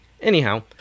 anyhow